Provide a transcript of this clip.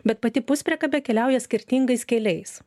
bet pati puspriekabė keliauja skirtingais keliais